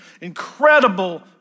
incredible